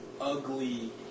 ugly